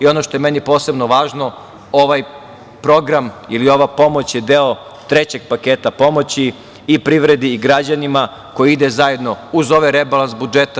Ono što je meni posebno važno, ovaj program ili ova pomoć je deo trećeg paketa pomoći, i privredi i građanima koji ide zajedno uz ovaj rebalans budžeta.